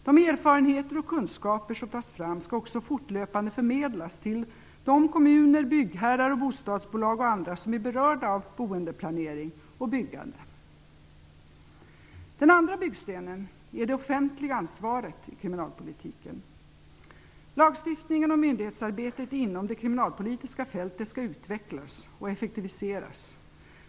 De erfarenheter och kunskaper som tas fram skall också fortlöpande förmedlas till de kommuner, byggherrar, bostadsbolag och andra som är berörda av boendeplanering och byggande. Den andra byggstenen är det offentliga ansvaret i kriminalpolitiken. Lagstiftningen och myndighetsarbetet inom det kriminalpolitiska fältet skall utvecklas och effektiviseras.